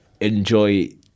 enjoy